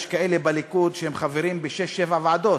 יש כאלה בליכוד שהם חברים בשש או שבע ועדות,